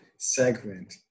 segment